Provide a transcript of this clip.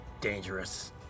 dangerous